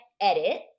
edit